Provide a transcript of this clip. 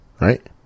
right